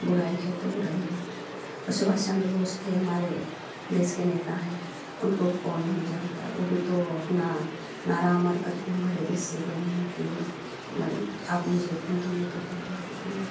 बुराई है तो बुराई है सुभाष चंद्र बोस थे हमारे देश के नेता हैं उनको कौन नहीं जानता वह भी तो अपना नारा अमर करके हमारे देश से गए हैं कि मैं आप मुझे खून दो मैं तुम्हे आज़ादी दूंगा